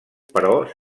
però